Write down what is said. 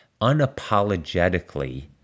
unapologetically